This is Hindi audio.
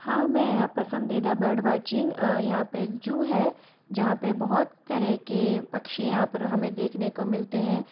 हाँ मेरा पसंदीदा बर्ड वाचिंग यहाँ पर ज़ू है जहाँ पर बहुत तरह के पक्षी हमें यहाँ पर देखने को मिलते है